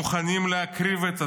מוכנים להקריב את עצמם,